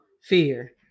fear